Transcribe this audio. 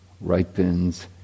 ripens